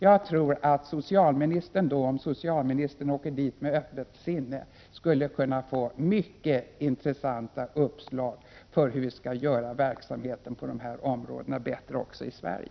Jag tror att socialministern då, om socialministern åker dit med öppna sinnen, skulle kunna få många intressanta uppslag till hur vi skall göra verksamheten på dessa områden bättre också i Sverige.